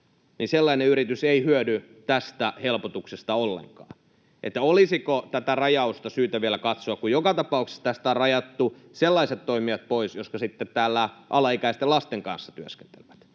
sellainen yritys ei hyödy tästä helpotuksesta ollenkaan. Olisiko tätä rajausta syytä vielä katsoa? Joka tapauksessa tästä on rajattu sellaiset toimijat pois, jotka sitten alaikäisten lasten kanssa työskentelevät,